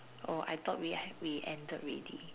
I thought we we ended already